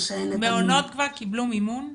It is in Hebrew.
מעונות קיבלו מימון?